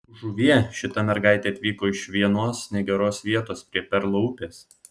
žuvie šita mergaitė atvyko iš vienos negeros vietos prie perlo upės